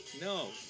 No